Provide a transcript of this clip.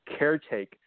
caretake